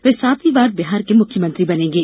वे सातवीं बार बिहार के मुख्यमंत्री बनेंगे